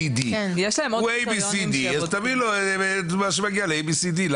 ABCD הוא ABCD אז תביאי לו מה שמגיע ל- ABCD,